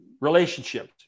relationships